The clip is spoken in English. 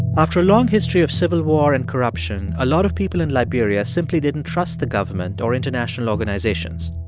after a long history of civil war and corruption, a lot of people in liberia simply didn't trust the government or international organizations.